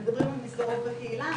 הם מדברים עם המסגרות בקהילה,